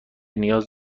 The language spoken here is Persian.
نیاز